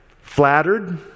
flattered